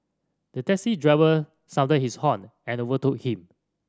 the taxi driver sounded his horn and overtook him